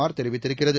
R தெரிவித்திருக்கிறது